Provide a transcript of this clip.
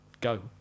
Go